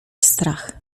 strach